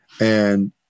And-